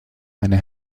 eine